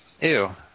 ew